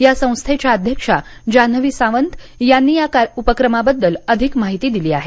या संस्थेच्या अध्यक्षा जान्हवी सावंत यांनी या उपक्रमाबद्दल अधिक माहिती दिली आहे